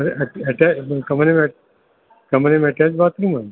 अड़े अटै कमरे में कमरे में अटैच बाथरूम आहिनि